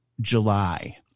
July